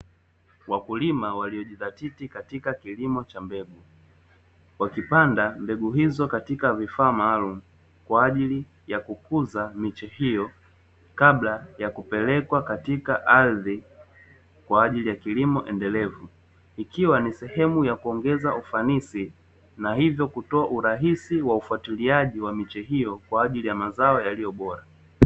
Wakulima waliyojizatiti katika kilimo cha mbegu, wakipanda mbegu hizo katika vifaa maalumu kwa ajili ya kukuza miche hiyo kabla ya kupelekwa katika ardhi kwa ajili ya kilimo endelevu; ikiwa ni sehemu ya kuongeza ufanisi na hivyo kutoa urahisi wa ufuatiliaji wa miche hiyo, kwa ajili ya mazao yaliyo bora.